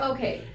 Okay